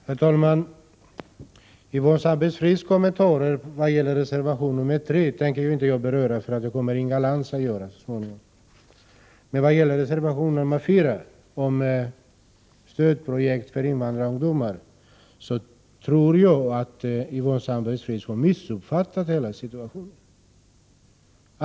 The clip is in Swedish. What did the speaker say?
Herr talman! Yvonne Sandberg-Fries kommentarer till reservation 3 tänker jag inte beröra — det kommer Inga Lantz att göra så småningom. Vad gäller reservation 5 om stödprojekt bland invandrarungdomar tror jag att Yvonne Sandberg-Fries har missuppfattat hela saken.